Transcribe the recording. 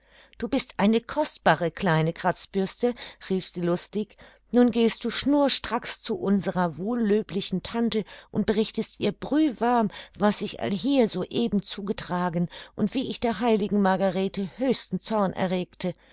du bist eine kostbare kleine kratzbürste rief sie lustig nun gehst du schnurstracks zu unserer wohllöblichen tante und berichtest ihr brühwarm was sich allhier so eben zugetragen und wie ich der heiligen margarethe höchsten zorn erregte